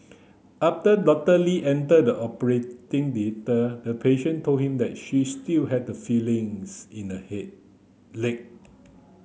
after Doctor Lee entered the operating theatre the patient told him that she still had some feelings in the leg